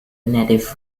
native